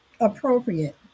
appropriate